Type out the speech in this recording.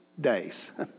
days